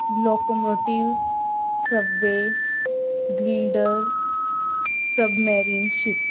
locomotive subway girder submarine ship